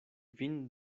vin